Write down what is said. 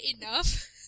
enough